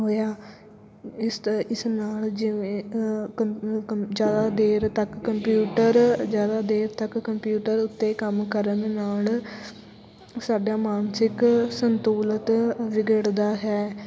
ਹੋਇਆ ਇਸ ਤ ਇਸ ਨਾਲ ਜਿਵੇਂ ਕੰਮ ਕੰਮ ਜ਼ਿਆਦਾ ਦੇਰ ਤੱਕ ਕੰਪਿਊਟਰ ਜ਼ਿਆਦਾ ਦੇਰ ਤੱਕ ਕੰਪਿਊਟਰ ਉੱਤੇ ਕੰਮ ਕਰਨ ਨਾਲ ਸਾਡਾ ਮਾਨਸਿਕ ਸੰਤੁਲਤ ਵਿਗੜਦਾ ਹੈ